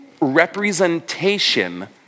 representation